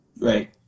right